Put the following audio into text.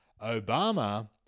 Obama